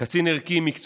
קצין ערכי, מקצועי,